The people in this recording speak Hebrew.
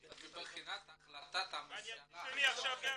מבחינת החלטת הממשלה גם --- אני אנטישמי עכשיו גם?